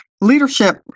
leadership